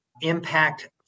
impact